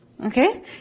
okay